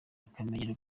akamenyero